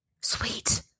Sweet